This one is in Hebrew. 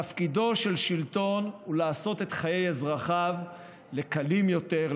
תפקידו של שלטון הוא לעשות את חיי אזרחיו לקלים יותר,